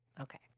Okay